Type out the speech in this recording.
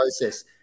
process